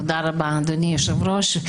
תודה רבה, אדוני היושב ראש.